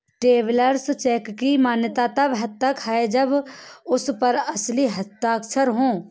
travellers cheque की मान्यता तब है जब उस पर असली हस्ताक्षर हो